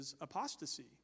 apostasy